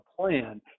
plan